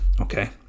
okay